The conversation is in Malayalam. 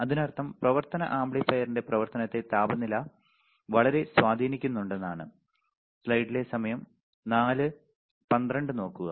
അതിനർത്ഥം പ്രവർത്തന ആംപ്ലിഫയറിന്റെ പ്രവർത്തനത്തെ താപനില വളരെ സ്വാധീനിക്കുണ്ടെന്നാണ്